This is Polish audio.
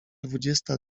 dwudziesta